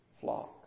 flock